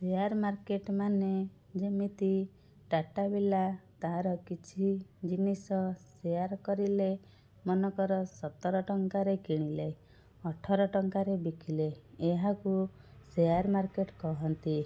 share market ମାନେ ଯେମିତି ଟାଟା ବିର୍ଲା ତାର କିଛି ଜିନିଷ ସେୟାର କରିଲେ ମନେକର ସତର ଟଙ୍କାରେ କିଣିଲେ ଅଠର ଟଙ୍କାରେ ବିକିଲେ ଏହାକୁ ସେୟାର ମାର୍କେଟ କୁହନ୍ତି